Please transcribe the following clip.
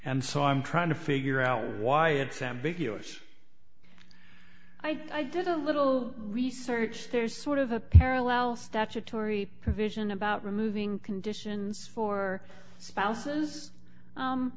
and so i'm trying to figure out why it's ambiguous i thought i did a little research there's sort of a parallel statutory provision about removing conditions for spouses